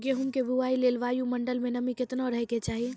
गेहूँ के बुआई लेल वायु मंडल मे नमी केतना रहे के चाहि?